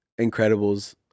Incredibles